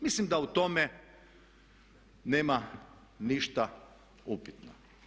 Mislim da u tome nema ništa upitno.